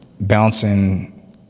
bouncing